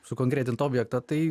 sukonkretint objektą tai